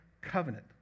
covenant